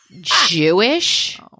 Jewish